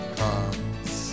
comes